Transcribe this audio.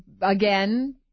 again